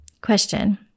Question